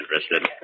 interested